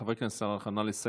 חבר הכנסת סלאלחה, נא לסיים.